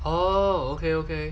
oh okay okay